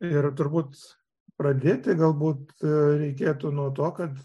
ir turbūt pradėti galbūt reikėtų nuo to kad